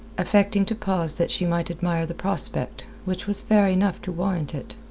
affecting to pause that she might admire the prospect, which was fair enough to warrant it.